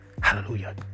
Hallelujah